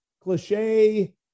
cliche